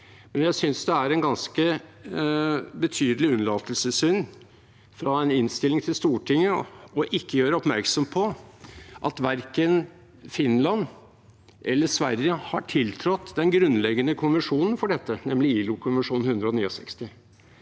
men jeg synes det er en ganske betydelig unnlatelsessynd fra en innstilling til Stortinget å ikke gjøre oppmerksom på at verken Finland eller Sverige har tiltrådt den grunnleggende konvensjonen for dette, nemlig ILO-konvensjon nr. 169.